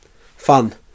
fun